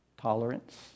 tolerance